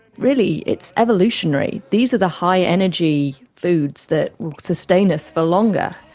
really it's evolutionary. these are the high energy foods that sustain us for longer,